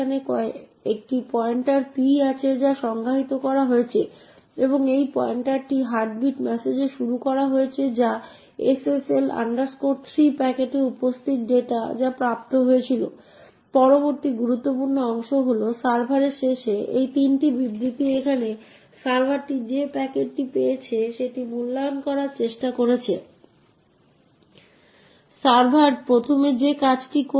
এখন alSo এর আরও ভাল উপায় রয়েছে এটি একই জিনিস করা এবং বরং এটি করার একটি ছোট উপায় আছে এবং এটি হল print2ac ফাইলে উপস্থিত কোডটি ঠিক একই তবে আমরা যেভাবে নির্দিষ্ট করেছি তা পরিবর্তন করেছি